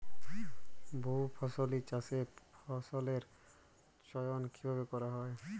বহুফসলী চাষে ফসলের চয়ন কীভাবে করা হয়?